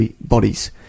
bodies